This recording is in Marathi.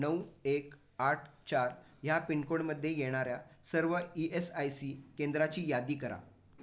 सहा सहा नऊ एक आठ चार ह्या पिनकोडमध्ये येणाऱ्या सर्व ई एस आय सी केंद्रांची यादी करा